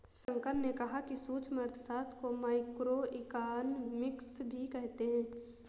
शंकर ने कहा कि सूक्ष्म अर्थशास्त्र को माइक्रोइकॉनॉमिक्स भी कहते हैं